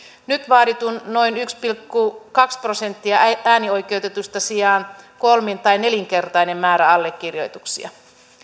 nyt vaaditun noin yksi pilkku kaksi prosenttia äänioikeutetuista sijaan kolmin tai nelinkertainen määrä allekirjoituksia